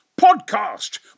Podcast